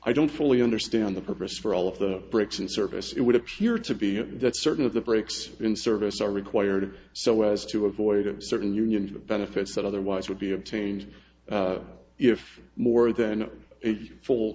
i don't fully understand the purpose for all of the breaks in service it would appear to be that certain of the breaks in service are required so as to avoid a certain union of benefits that otherwise would be obtained if more than a full